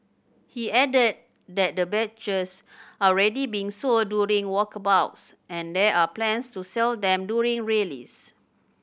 he added that the badges are already being sold during walkabouts and there are plans to sell them during rallies